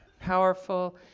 powerful